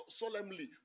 solemnly